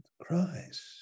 christ